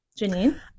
Janine